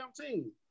team